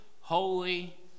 holy